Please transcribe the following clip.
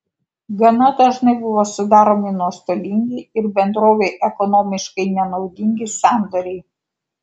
gana dažnai buvo sudaromi nuostolingi ir bendrovei ekonomiškai nenaudingi sandoriai